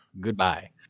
goodbye